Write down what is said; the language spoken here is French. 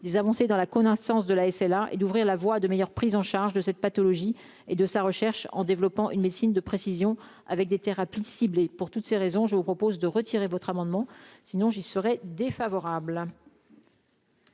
avancées dans la connaissance de la SLA et d'ouvrir la voie de meilleure prise en charge de cette pathologie et de sa recherche en développant une médecine de précision avec des thérapies ciblées pour toutes ces raisons, je vous propose de retirer votre amendement sinon j'y serais défavorable.